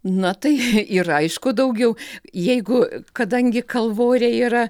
na tai yra aišku daugiau jeigu kadangi kalvorė yra